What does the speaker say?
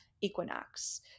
equinox